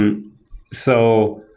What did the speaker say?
and so,